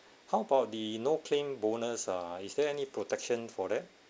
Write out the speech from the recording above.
how about the no claim bonus ah is there any protection for that